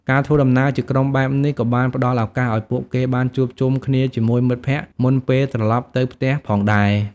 ការធ្វើដំណើរជាក្រុមបែបនេះក៏បានផ្តល់ឱកាសឱ្យពួកគេបានជួបជុំគ្នាជាមួយមិត្តភក្តិមុនពេលត្រឡប់ទៅផ្ទះផងដែរ។